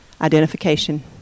identification